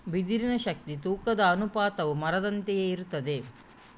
ಬಿದಿರಿನ ಶಕ್ತಿ ತೂಕದ ಅನುಪಾತವು ಮರದಂತೆಯೇ ಇರುತ್ತದೆ